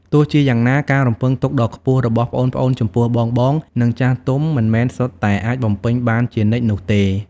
ទោះជាយ៉ាងណា ការរំពឹងទុកដ៏ខ្ពស់របស់ប្អូនៗចំពោះបងៗ និងចាស់ទុំ មិនមែនសុទ្ធតែអាចបំពេញបានជានិច្ចនោះទេ។